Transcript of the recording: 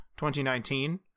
2019